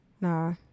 Nah